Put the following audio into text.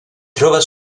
trova